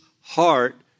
heart